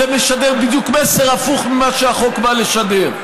זה משדר מסר הפוך ממה שהחוק בא לשדר,